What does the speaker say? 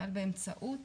אבל באמצעות